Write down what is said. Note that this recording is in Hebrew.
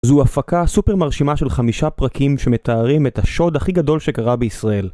זו הפקה סופר מרשימה של חמישה פרקים שמתארים את השוד הכי גדול שקרה בישראל.